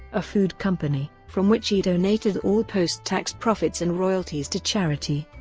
a food company from which he donated all post-tax profits and royalties to charity.